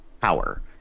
power